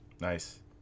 nice